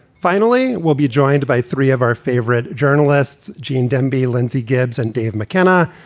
finally. we'll be joined by three of our favorite journalists, gene demby, lyndsey gibbs and dave mckenna,